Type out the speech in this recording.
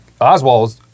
Oswald